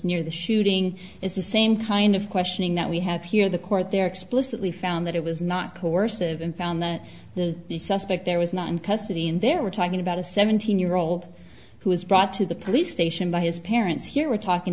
near the shooting is the same kind of questioning that we have here the court there explicitly found that it was not coercive and found that the the suspect there was not in custody in there we're talking about a seventeen year old who was brought to the police station by his parents here we're talking